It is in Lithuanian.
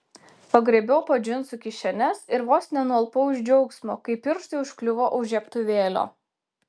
pagraibiau po džinsų kišenes ir vos nenualpau iš džiaugsmo kai pirštai užkliuvo už žiebtuvėlio